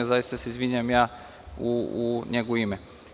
Zaista se izvinjavam u njegovo ime.